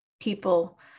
people